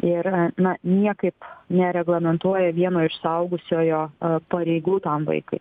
ir na niekaip nereglamentuoja vieno iš suaugusiojo pareigų tam vaikui